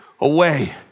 away